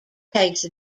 case